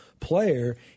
player